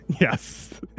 Yes